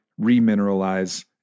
remineralize